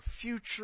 future